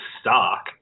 stock